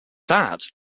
that